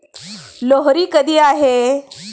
लोहरी कधी आहे?